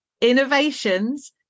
innovations